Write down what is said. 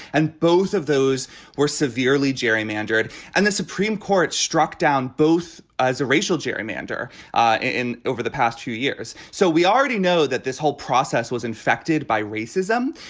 and both of those were severely gerrymandered and the supreme court struck down both as a racial gerrymander ah in over the past few years. so we already know that this whole process was infected by racism